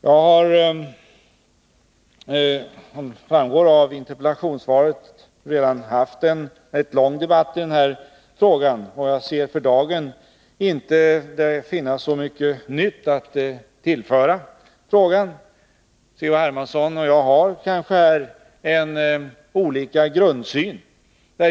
Som framgår av interpellationssvaret har jag redan fört en rätt lång debatt i den här frågan. Det finns för dagen inte så mycket nytt att tillföra den diskussionen. C.-H. Hermansson och jag har här olika grundsyn.